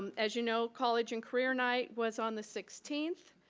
um as you know, college and career night was on the sixteenth.